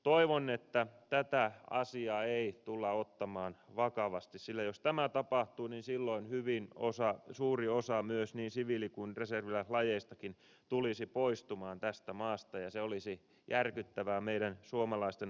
toivon että tätä asiaa ei tulla ottamaan vakavasti sillä jos tämä tapahtuu niin silloin hyvin suuri osa myös niin siviili kuin reserviläislajeistakin tulisi poistumaan tästä maasta ja se olisi järkyttävää meidän suomalaisten ampumataidon kannalta